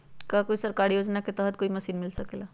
का कोई सरकारी योजना के तहत कोई मशीन मिल सकेला?